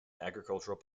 agricultural